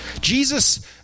Jesus